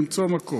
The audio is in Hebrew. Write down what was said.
למצוא מקום.